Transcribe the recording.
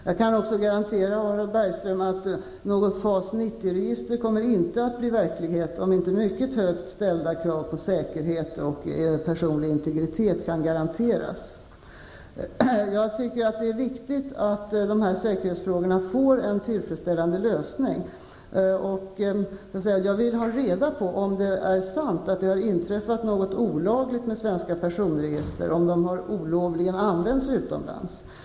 Jag kan också garantera Harald Bergström att något FAS 90-register inte kommer att bli verklighet, om inte mycket högt ställda krav på säkerhet och personlig integritet kan garanteras. Det är viktigt att säkerhetsfrågorna får en tillfredsställande lösning. Jag vill har reda på om det är sant att det har inträffat något olagligt med svenska personregister och om de har olovligt används utomlands.